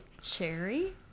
Cherry